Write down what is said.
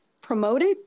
promoted